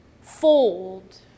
fold